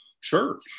church